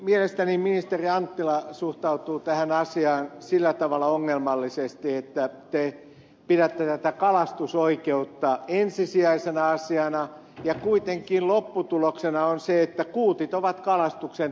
mielestäni ministeri anttila suhtautuu tähän asiaan sillä tavalla ongelmallisesti että te pidätte tätä kalastusoikeutta ensisijaisena asiana ja kuitenkin lopputuloksena on se että kuutit ovat kalastuksen kohteena